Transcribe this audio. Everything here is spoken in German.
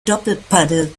doppelpaddel